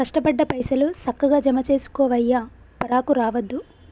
కష్టపడ్డ పైసలు, సక్కగ జమజేసుకోవయ్యా, పరాకు రావద్దు